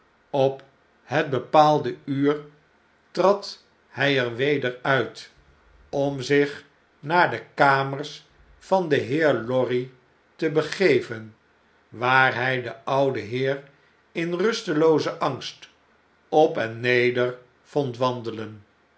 op het bepaalde uur trad hij er weder uit om zich naar de kamers van den heer lorry te begeven waar hij den ouden heer in rusteloozen angst op en neder vond wandelen